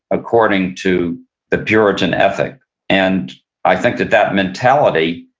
according to the puritan ethic and i think that that mentality,